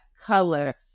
color